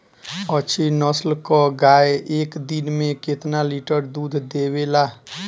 अच्छी नस्ल क गाय एक दिन में केतना लीटर दूध देवे ला?